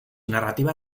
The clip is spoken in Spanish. narrativa